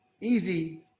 easy